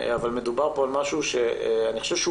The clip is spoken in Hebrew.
אבל מדובר פה על משהו שאני חושב שהוא